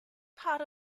part